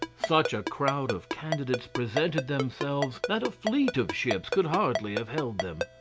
such a crowd of candidates presented themselves that a fleet of ships could hardly have held them.